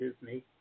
Disney